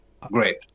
great